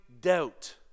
doubt